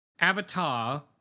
Avatar